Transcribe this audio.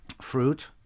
fruit